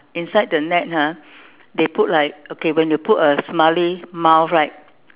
inside the net ah they put like okay when you put a smiley mouth right